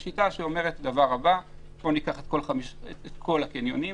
והשיטה אומרת את הדבר הבא: בוא ניקח את כל הקניונים,